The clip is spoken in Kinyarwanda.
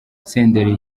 senderi